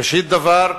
ראשית דבר,